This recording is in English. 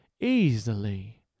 easily